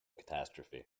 catastrophe